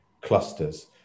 clusters